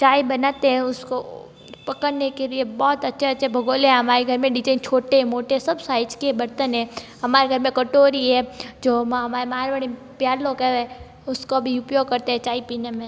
चाय बनाते हैं उसको पकाने के लिए बहुत अच्छे अच्छे भगोने हमारे घर में डिजाइन छोटे मोटे सब साइज के बर्तन हैं हमारे घर में कटोरी है जो हमारे मारवाड़ी लोग हैं उसका भी उपयोग करते हैं चाय पीने में